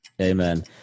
Amen